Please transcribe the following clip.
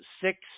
six